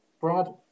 Brad